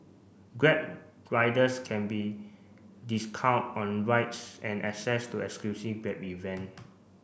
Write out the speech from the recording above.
grab riders can be discount on rides and access to exclusive Grab event